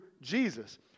Jesus